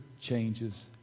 changes